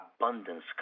abundance